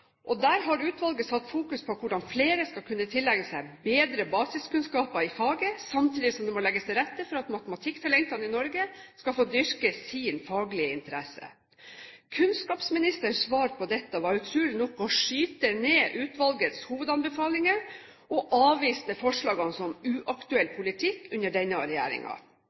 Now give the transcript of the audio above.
Der har utvalget satt fokus på hvordan flere skal kunne tilegne seg bedre basiskunnskaper i faget, samtidig som det må legges til rette for at matematikktalentene i Norge skal få dyrke sin faglige interesse. Kunnskapsministerens svar på det var utrolig nok å skyte ned utvalgets hovedanbefalinger og avvise forslagene som uaktuell politikk under denne